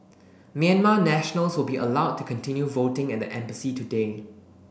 Myanmar nationals will be allowed to continue voting at the embassy today